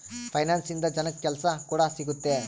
finance ಇಂದ ಜನಕ್ಕಾ ಕೆಲ್ಸ ಕೂಡ ಸಿಗುತ್ತೆ